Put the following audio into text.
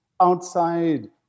outside